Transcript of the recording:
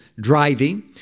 driving